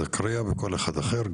זכריא וכל אחד אחר,